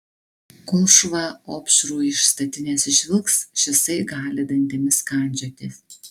kol šuva opšrų iš statinės išvilks šisai gali dantimis kandžiotis